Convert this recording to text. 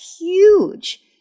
huge